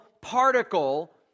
particle